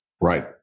Right